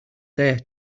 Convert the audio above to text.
there